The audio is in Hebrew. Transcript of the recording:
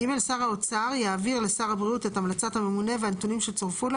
(ג) שר האוצר יעביר לשר הבריאות את המלצת הממונה והנתונים שצורפו לה,